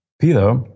Peter